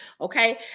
okay